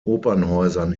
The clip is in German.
opernhäusern